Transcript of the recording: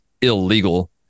illegal